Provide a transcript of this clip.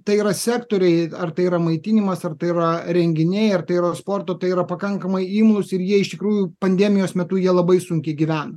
tai yra sektoriai ar tai yra maitinimas ar tai yra renginiai ar tai yra sporto tai yra pakankamai imlūs ir jie iš tikrųjų pandemijos metu jie labai sunkiai gyvena